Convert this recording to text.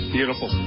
Beautiful